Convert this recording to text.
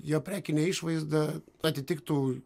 jo prekinė išvaizda atitiktų